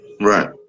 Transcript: Right